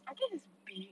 I think it's big